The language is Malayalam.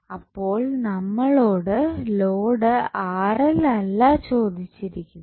അപ്പോൾ നമ്മളോട് ലോഡ് അല്ല ചോദിച്ചിരിക്കുന്നത്